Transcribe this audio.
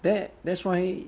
that that's why